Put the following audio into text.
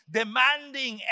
demanding